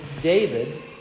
David